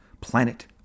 planet